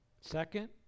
Second